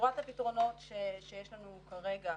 הפתרונות שיש לנו כרגע,